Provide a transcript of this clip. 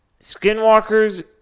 Skinwalkers